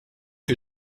que